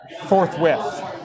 forthwith